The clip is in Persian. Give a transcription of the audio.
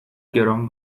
گران